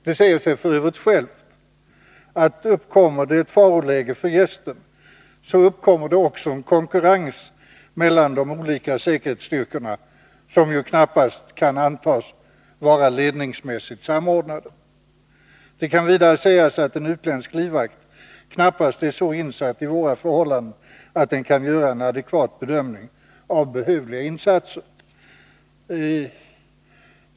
Det säger sig f. ö. självt, att om det uppkommer ett faroläge för gästen, uppstår det också en konkurrens mellan de olika säkerhetsstyrkorna, som knappast kan antas vara ledningsmässigt samordnade. Det kan vidare sägas att en utländsk livvakt knappast är så insatt i våra förhållanden att den kan göra en adekvat bedömning av behövliga insatser.